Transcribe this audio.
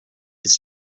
his